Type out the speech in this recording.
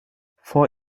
vor